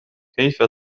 كيف